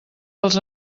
dels